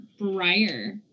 briar